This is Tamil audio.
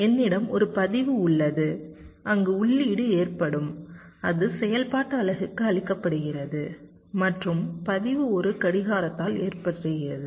என்னிடம் ஒரு பதிவு உள்ளது அங்கு உள்ளீடு ஏற்றப்படும் அது செயல்பாட்டு அலகுக்கு அளிக்கப்படுகிறது மற்றும் பதிவு ஒரு கடிகாரத்தால் ஏற்றப்படுகிறது